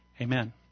amen